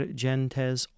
gentes